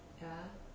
ya